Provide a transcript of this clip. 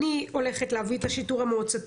אני הולכת להביא את השיטור המועצתי